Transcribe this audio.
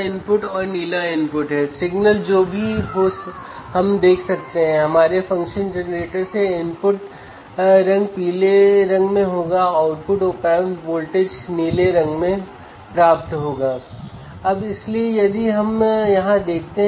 अब वह instrumentation amplifier के आउटपुट को ऑसिलोस्कोप से जोड़ रहा है